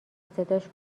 صداش